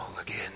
again